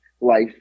life